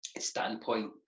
standpoint